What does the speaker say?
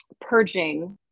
purging